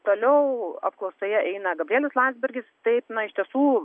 toliau apklausoje eina gabrielius landsbergis taip na iš tiesų